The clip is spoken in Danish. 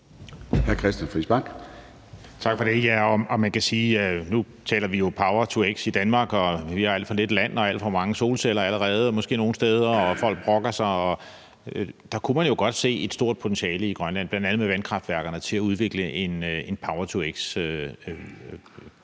Christian Friis Bach (RV): Tak for det. Ja, og man kan sige, at nu taler vi jo power-to-x i Danmark, og at vi har alt for lidt land og nogle steder måske allerede alt for mange solceller, og folk brokker sig. Der kunne man jo godt se et stort potentiale i Grønland, bl.a. med kraftværkerne, til at udvikle en power-to-x-sektor,